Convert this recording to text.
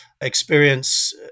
experience